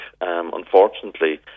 Unfortunately